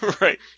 Right